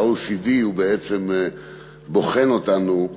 ה-OECD בעצם בוחן אותנו